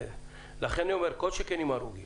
כל שכן עם הרוגים.